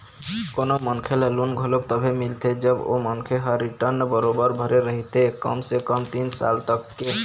कोनो मनखे ल लोन घलोक तभे मिलथे जब ओ मनखे ह रिर्टन बरोबर भरे रहिथे कम से कम तीन साल तक के